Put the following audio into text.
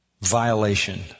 violation